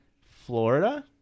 florida